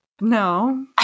No